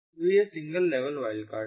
तो यह single level wildcard है